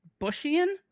Bushian